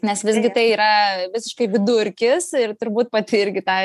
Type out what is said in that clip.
nes visgi tai yra visiškai vidurkis ir turbūt pati irgi tą